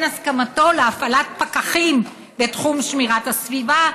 הסכמתו להפעלת פקחים בתחום שמירת הסביבה,